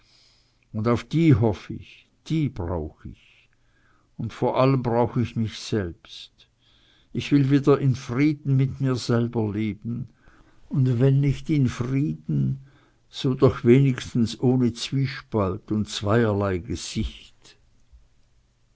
und auf die hoff ich die brauch ich und vor allem brauch ich mich selbst ich will wieder in frieden mit mir selber leben und wenn nicht in frieden so doch wenigstens ohne zwiespalt und zweierlei gesicht